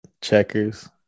Checkers